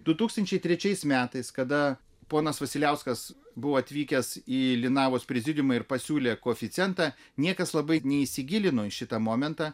du tūkstančiai trečiais metais kada ponas vasiliauskas buvo atvykęs į linavos prezidiumą ir pasiūlė koeficientą niekas labai neįsigilino į šitą momentą